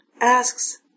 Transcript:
asks